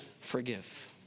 Forgive